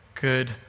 Good